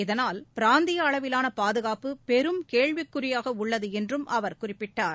இதனால் பிராந்திய அளவிலான பாதுகாப்பு பெரும் கேள்விக்குறியாக உள்ளது என்றும் அவர் குறிப்பிட்டார்